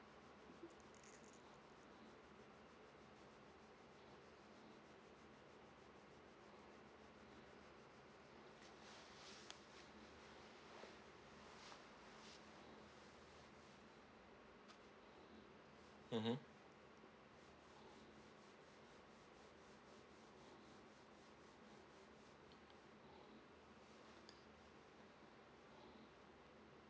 mmhmm